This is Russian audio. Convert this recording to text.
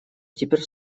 теперь